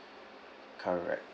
correct